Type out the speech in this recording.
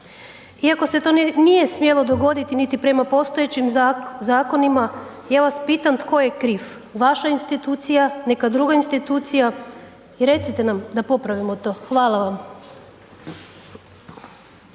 Iako se to nije smjelo dogoditi niti prema postojećim zakonima, ja vas pitam tko je kriv? Vaša institucija, neka druga institucija i recite nam, da popravimo to. Hvala vam.